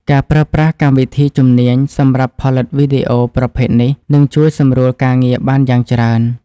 ការប្រើប្រាស់កម្មវិធីជំនាញសម្រាប់ផលិតវីដេអូប្រភេទនេះនឹងជួយសម្រួលការងារបានយ៉ាងច្រើន។